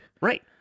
Right